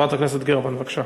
חברת הכנסת גרמן, בבקשה.